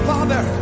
Father